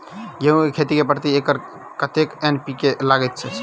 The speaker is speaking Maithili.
गेंहूँ केँ खेती मे प्रति एकड़ कतेक एन.पी.के लागैत अछि?